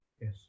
Yes